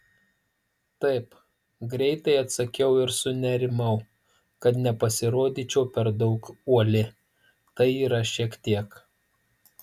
taip greitai atsakiau ir sunerimau kad nepasirodyčiau per daug uoli tai yra šiek tiek